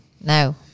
No